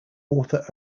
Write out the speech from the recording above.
author